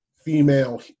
female